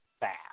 bad